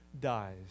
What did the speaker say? dies